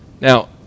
Now